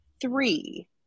three